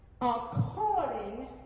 according